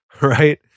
right